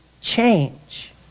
change